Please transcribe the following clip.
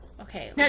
okay